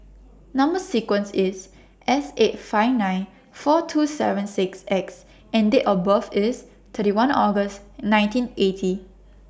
Number sequence IS S eight five nine four two seven six X and Date of birth IS thirty one August nineteen eighty